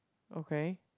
okay